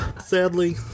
sadly